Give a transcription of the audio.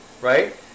right